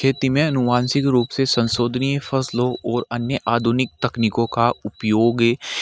खेती में अनुमानित रूप से संशोधनीय फसलों और अन्य आधुनिक तकनीकों का उपयोग